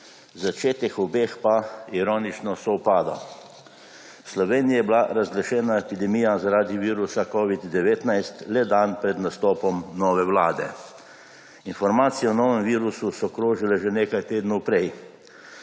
Začetek obeh pa ironično sovpada. V Sloveniji je bila razglašena epidemija zaradi virusa covida-19 le dan pred nastopom nove vlade. Informacije o novem virusu so krožile že nekaj tednov prej,